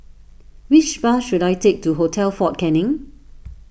which bus should I take to Hotel fort Canning